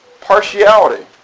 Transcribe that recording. partiality